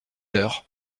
leurs